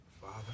Father